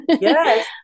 Yes